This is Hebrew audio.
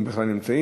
אם הם בכלל נמצאים.